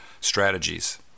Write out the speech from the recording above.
strategies